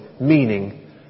meaning